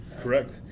Correct